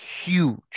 huge